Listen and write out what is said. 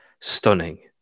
stunning